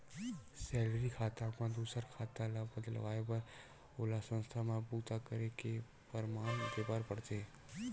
salary खाता म दूसर खाता ल बदलवाए बर ओला संस्था म बूता करे के परमान देबर परथे